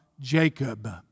Jacob